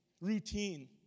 routine